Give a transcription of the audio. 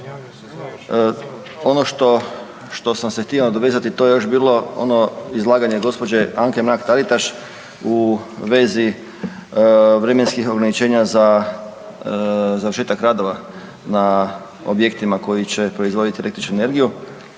Ono što sam se htio nadovezati to je još bilo ono izlaganje g. Anke Mrak Taritaš u vezi vremenskih ograničenja za završetak radova na objektima koji će proizvoditi električnu energiju.